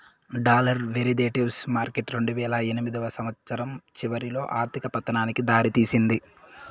dollar derivatives market రెండువేల ఎనిమిదో సంవచ్చరం చివరిలో ఆర్థిక పతనానికి దారి తీసింది